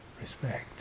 respect